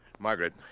Margaret